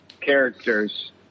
characters